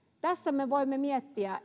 tässä me voimme miettiä